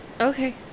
Okay